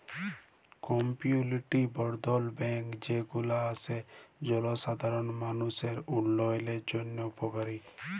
community বর্ধল bank যে গুলা আসে জলসাধারল মালুষের উল্যয়নের জন্হে উপকারী